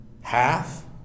half